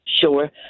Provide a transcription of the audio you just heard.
Sure